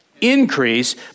increase